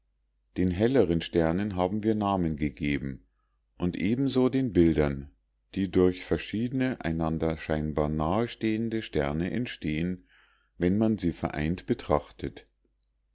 den helleren sternen haben wir namen gegeben und ebenso den bildern die durch verschiedene einander scheinbar nahestehende sterne entstehen wenn man sie vereint betrachtet